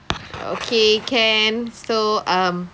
okay can so um